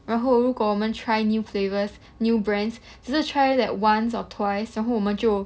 然后如果我们 try new flavours new brands 只是 try like once or twice 然后我们就